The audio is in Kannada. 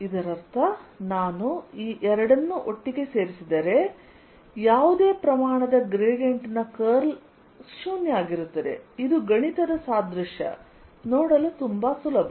ಇದರರ್ಥ ನಾನು ಈ ಎರಡನ್ನೂ ಒಟ್ಟಿಗೆ ಸೇರಿಸಿದರೆ ಇದರರ್ಥ ಯಾವುದೇ ಪ್ರಮಾಣದ ಗ್ರೇಡಿಯಂಟ್ ನ ಕರ್ಲ್ 0 ಆಗಿರುತ್ತದೆ ಇದು ಗಣಿತದ ಸಾದ್ರಿಶ್ಯ ನೋಡಲು ತುಂಬಾ ಸುಲಭ